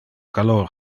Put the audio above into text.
calor